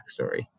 backstory